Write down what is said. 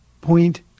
point